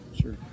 Sure